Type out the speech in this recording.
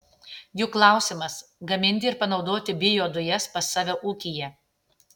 jų klausimas gaminti ir panaudoti biodujas pas save ūkyje